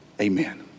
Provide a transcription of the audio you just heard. Amen